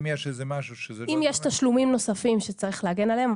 אם יש איזה משהו --- אם יש תשלומים נוספים שצריך להגן עליהם.